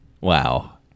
wow